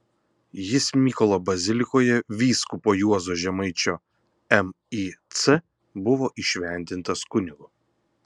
jis mykolo bazilikoje vyskupo juozo žemaičio mic buvo įšventintas kunigu